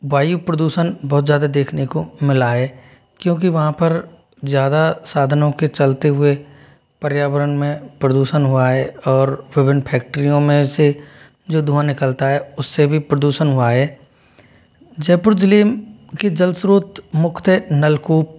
वायु प्रदूषण बहुत ज़्यादा देखने को मिला है क्योंकि वहाँ पर ज्यादा साधनों के चलते हुए पर्यावरण में प्रदूषण हुआ है और विभिन्न फैक्ट्रीयों में से जो धुआँ निकलता है उससे भी प्रदूषण हुआ है जयपुर ज़िले की जल स्रोत मुख्यतः नलकूप